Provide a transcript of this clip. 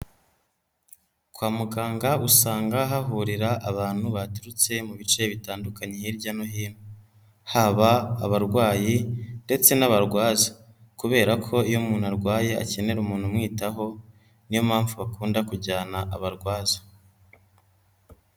Kwa muganga usanga hahurira abantu baturutse mu bice bitandukanye hirya no hino, haba abarwayi ndetse n'abarwaza kubera ko iyo umuntu arwaye akenera umuntu umwitaho, niyo mpamvu bakunda kujyana abarwaza.